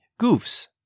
goofs